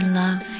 love